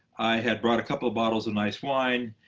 had brought a couple of bottles of nice wine.